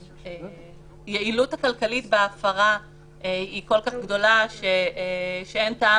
והיעילות הכלכלית בהפרה כל כך גדולה שאין טעם